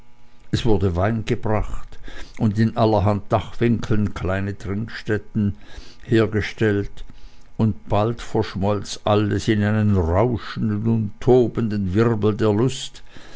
es wurde wein gebracht und in allerhand dachwinkeln kleine trinkstätten hergestellt und bald verschmolz alles in einen rauschenden und tobenden wirbel der lust